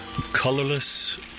Colorless